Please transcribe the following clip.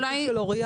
הנציגים של לוריאל.